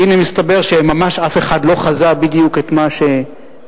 והנה מסתבר שממש אף אחד לא חזה את מה שקרה.